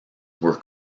were